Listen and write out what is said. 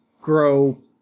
grow